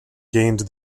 gained